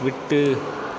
விட்டு